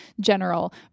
general